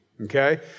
okay